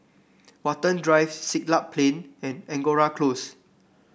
Watten Drive Siglap Plain and Angora Close